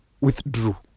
withdrew